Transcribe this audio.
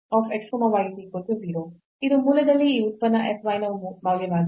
ಇದು ಮೂಲದಲ್ಲಿ ಈ ಉತ್ಪನ್ನ f y ನ ಮೌಲ್ಯವಾಗಿದೆ